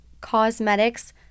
Cosmetics